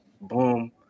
boom